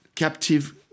captive